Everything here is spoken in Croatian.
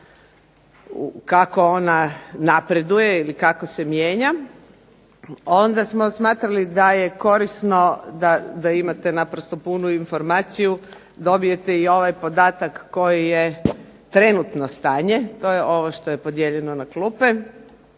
kako ona napreduje ili kako se mijenja, onda smo smatrali da je korisno da imate naprosto punu informaciju, dobijete i ovaj podatak koji je trenutno stanje. To je ovo što je podijeljeno na klupe,